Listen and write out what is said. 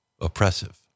oppressive